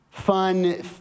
Fun